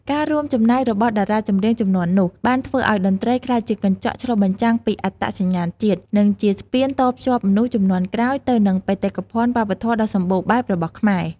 ការរួមចំណែករបស់តារាចម្រៀងជំនាន់នោះ បានធ្វើឱ្យតន្ត្រីក្លាយជាកញ្ចក់ឆ្លុះបញ្ចាំងពីអត្តសញ្ញាណជាតិ និងជាស្ពានតភ្ជាប់មនុស្សជំនាន់ក្រោយទៅនឹងបេតិកភណ្ឌវប្បធម៌ដ៏សម្បូរបែបរបស់ខ្មែរ។